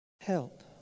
Help